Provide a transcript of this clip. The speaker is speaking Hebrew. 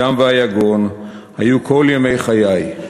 הדם והיגון, היו כל ימי חיי.